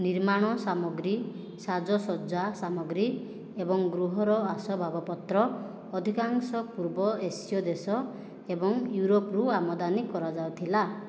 ନିର୍ମାଣ ସାମଗ୍ରୀ ସାଜସଜ୍ଜା ସାମଗ୍ରୀ ଏବଂ ଗୃହର ଆସବାବପତ୍ର ଅଧିକାଂଶ ପୂର୍ବ ଏସୀୟ ଦେଶ ଏବଂ ୟୁରୋପରୁ ଆମଦାନୀ କରାଯାଉଥିଲା